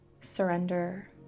surrender